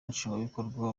nshingwabikorwa